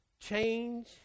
Change